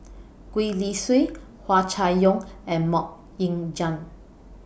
Gwee Li Sui Hua Chai Yong and Mok Ying Jang